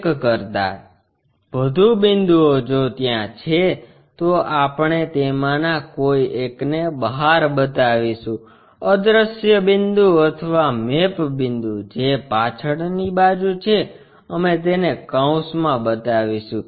એક કરતા વધુ બિંદુઓ જો ત્યાં છે તો આપણે તેમાંના કોઈ એકને બહાર બતાવીશું અદ્રશ્ય બિંદુ અથવા મેપ બિંદુ જે પાછળની બાજુ છે અમે તેને કૌંસમાં બતાવીશું